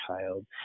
child